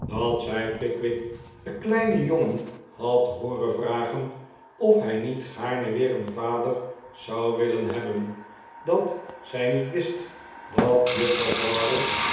dat zij pickwick den kleinen jongen had hooren vragen of hij niet gaarne weer een vade'r zou willen hebben dat zij niet wist dat juffrouw bardell